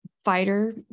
fighter